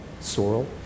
sorrel